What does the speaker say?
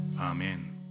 Amen